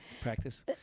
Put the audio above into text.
practice